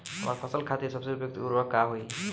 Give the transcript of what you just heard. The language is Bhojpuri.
हमार फसल खातिर सबसे उपयुक्त उर्वरक का होई?